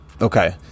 okay